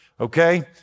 okay